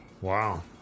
Wow